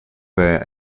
their